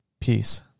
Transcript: Peace